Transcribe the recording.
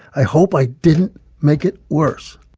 i hope i didn't make it worse